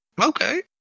Okay